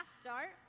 Start